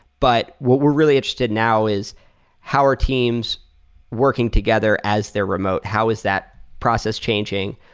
but what we're really interested now is how are teams working together as they're remote? how is that process changing?